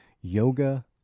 yoga